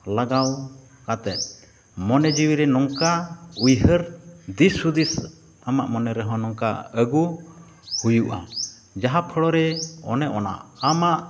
ᱞᱟᱜᱟᱣ ᱠᱟᱛᱮᱫ ᱢᱚᱱᱮ ᱡᱤᱣᱤᱨᱮ ᱱᱚᱝᱠᱟ ᱩᱭᱦᱟᱹᱨ ᱫᱤᱥ ᱦᱩᱫᱤᱥ ᱟᱢᱟᱜ ᱢᱚᱱᱮ ᱨᱮᱦᱚᱸ ᱱᱚᱝᱠᱟ ᱟᱹᱜᱩ ᱦᱩᱭᱩᱜᱼᱟ ᱡᱟᱦᱟᱸ ᱯᱳᱲᱳ ᱨᱮ ᱚᱱᱮ ᱚᱱᱟ ᱟᱢᱟᱜ